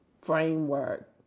framework